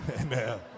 Amen